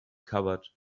converted